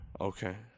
Okay